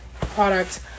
product